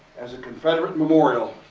as a confederate memorial,